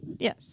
Yes